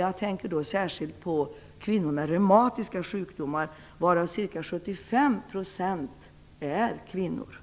Jag tänker då särskilt på kvinnor med reumatiska sjukdomar; 75 % av reumatikerna är kvinnor.